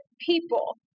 people